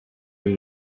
ibi